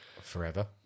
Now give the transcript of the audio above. Forever